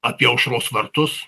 apie aušros vartus